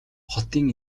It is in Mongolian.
хотын